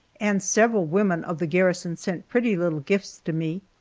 and several women of the garrison sent pretty little gifts to me.